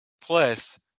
plus